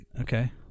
Okay